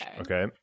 Okay